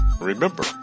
remember